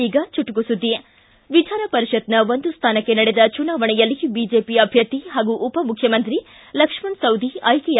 ಈಗ ಚುಟುಕು ಸುದ್ದಿ ವಿಧಾನಪರಿಷತ್ನ ಒಂದು ಸ್ವಾನಕ್ಕೆ ನಡೆದ ಚುನಾವಣೆಯಲ್ಲಿ ಬಿಜೆಪಿ ಅಭ್ದರ್ಥಿ ಹಾಗೂ ಉಪಮುಖ್ಯಮಂತ್ರಿ ಲಕ್ಷ್ಮಣ ಸವದಿ ಆಯ್ಕೆಯಾಗಿದ್ದಾರೆ